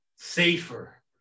safer